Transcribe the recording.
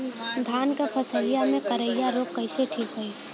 धान क फसलिया मे करईया रोग कईसे ठीक होई?